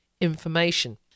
information